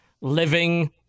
living